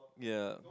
yeah